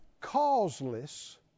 causeless